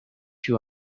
you